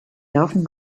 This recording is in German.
laufen